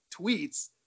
tweets